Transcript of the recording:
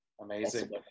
Amazing